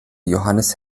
johannes